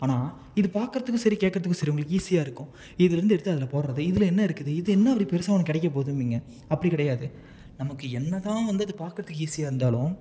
ஆனால் இது பார்க்கறதுக்கும் சரி கேக்கிறதுக்கும் சரி உங்களுக்கு ஈஸியாக இருக்கும் இதிலிருந்து எடுத்து அதில் போடுறது இதில் என்ன இருக்குது இது என்ன அப்படி பெருசாக உனக்கு கிடைக்கப் போதும்பீங்க அப்படி கிடையாது நமக்கு என்ன தான் வந்து அது பார்க்கறதுக்கு ஈஸியாக இருந்தாலும்